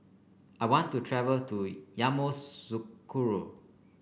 I want to travel to Yamoussoukro